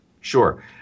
Sure